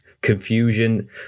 confusion